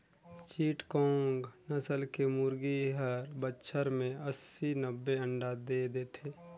चिटगोंग नसल के मुरगी हर बच्छर में अस्सी, नब्बे अंडा दे देथे